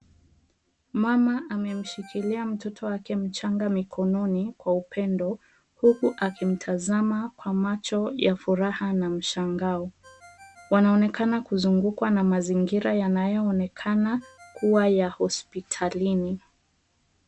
Mama amemshikilia mtoto wake mchanga mikononi mwake Kwa upendo huku akitazama kwa furaha na mshangao. Wanaoenakana kuzungukwa na mazingira ambayo yanaonekana kuwa ya hosptalini.